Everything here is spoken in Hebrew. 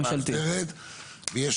חברי המועצה המאסדרת כאמור בסעיף קטן (א)(4) ו-(5)